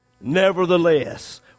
nevertheless